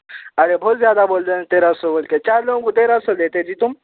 ارے بہت زیادہ بول رہے ہو تیرہ سو بول کے چار لوگوں کو تیرہ سو لیتے جی تم